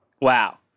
Wow